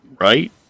Right